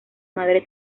madre